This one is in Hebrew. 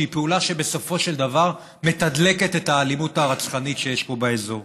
שהיא פעולה שבסופו של דבר מתדלקת את האלימות הרצחנית שיש פה באזור.